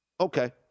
okay